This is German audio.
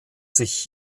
sich